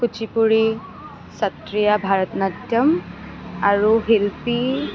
Kuchipudi Sattriya Bharatanatyam আৰু শিল্পী